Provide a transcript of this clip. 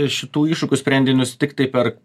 šitų iššūkių sprendinius tiktai per